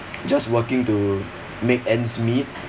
just working to make ends meet